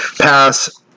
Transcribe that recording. pass